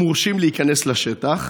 מורשים להיכנס לשטח,